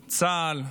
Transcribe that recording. צה"ל,